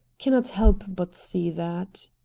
cannot help but see that.